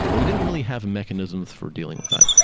and we didn't really have mechanisms for dealing with that.